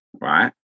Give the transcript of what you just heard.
right